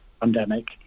pandemic